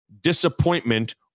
disappointment